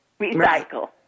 recycle